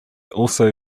also